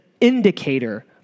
indicator